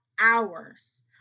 hours